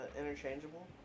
interchangeable